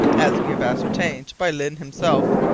as we have ascertained, by lyne himself,